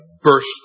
burst